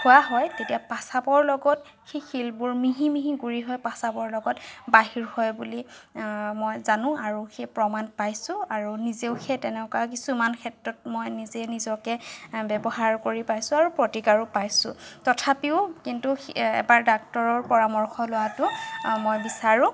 তেতিয়া পেচাবৰ লগত সেই শিলবোৰ মিহি মিহি গুৰি হৈ পেচাবৰ লগত বাহিৰ হয় বুলি মই জানো আৰু সেই প্ৰমাণ পাইছো আৰু নিজেও সেই তেনেকুৱা কিছুমান ক্ষেত্ৰত মই নিজেই নিজকে ব্য়ৱহাৰ কৰি পাইছো আৰু প্ৰতিকাৰো পাইছো তথাপিও কিন্তু এবাৰ ডাক্টৰৰ পৰামৰ্শ লোৱাটো মই বিচাৰো